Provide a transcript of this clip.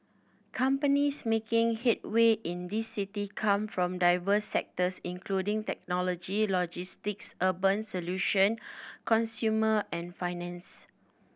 companies making headway in this city come from diverse sectors including technology logistics urban solution consumer and finance